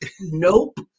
Nope